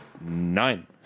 Nine